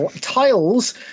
tiles